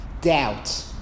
doubt